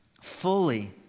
Fully